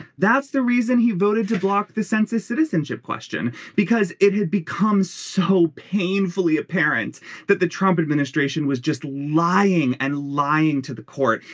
that's the reason he voted to block the census citizenship question because it had become so painfully apparent that the trump administration was just lying and lying to the court.